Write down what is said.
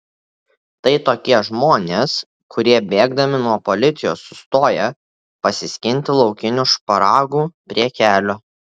tai tokie žmonės kurie bėgdami nuo policijos sustoja pasiskinti laukinių šparagų prie kelio